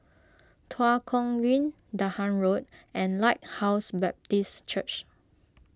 Tua Kong Green Dahan Road and Lighthouse Baptist Church